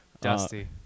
dusty